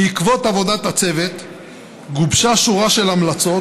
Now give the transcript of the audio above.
בעקבות עבודת הצוות גובשה שורה של המלצות,